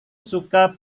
suka